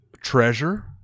treasure